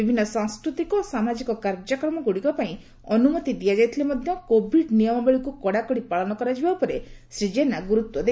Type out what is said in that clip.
ବିଭିନ୍ନ ସାଂସ୍କୃତିକ ଓ ସାମାଜିକ କାର୍ଯ୍ୟକ୍ରମଗୁଡିକ ପାଇଁ ଅନୁମତି ଦିଆଯାଇଥିଲେ ମଧ୍ୟ କୋଭିଡ ନିୟମାବଳୀକୂ କଡାକଡି ପାଳନ କରାଯିବ ଉପରେ ଶ୍ରୀ ଜେନା ଗୁରୁତ୍ୱ ଦେଇଛନ୍ତି